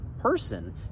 person